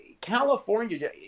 California